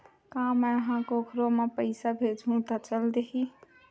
का मै ह कोखरो म पईसा भेजहु त चल देही?